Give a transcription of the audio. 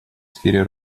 сфере